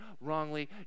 wrongly